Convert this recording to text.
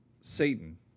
Satan